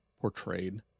portrayed